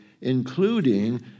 including